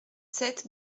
sept